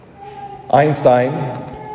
Einstein